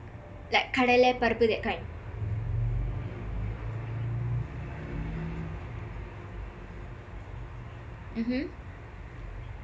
like kadalai paruppu that kind mmhmm